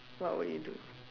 what will you do